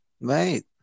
right